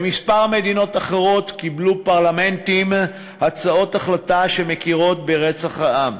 במספר מדינות אחרות קיבלו פרלמנטים הצעות החלטה שמכירות ברצח העם.